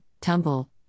tumble